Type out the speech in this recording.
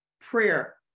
prayer